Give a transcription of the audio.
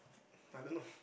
I don't know